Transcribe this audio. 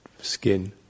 skin